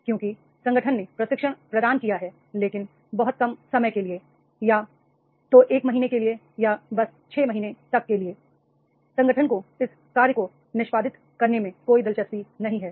क्योंकि संगठन ने प्रशिक्षण प्रदान किया है लेकिन बहुत कम समय के लिए या तो 1 महीने के लिए या बस 6 महीने तक के लिए संगठन को इस कार्य को निष्पादित करने में कोई दिलचस्पी नहीं है